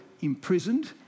imprisoned